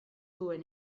duen